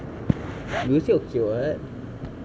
you say okay [what]